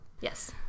Yes